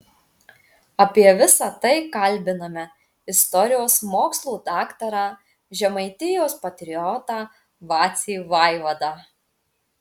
apie visa tai kalbiname istorijos mokslų daktarą žemaitijos patriotą vacį vaivadą